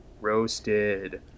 Roasted